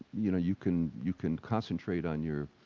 you know, you can you can concentrate on your,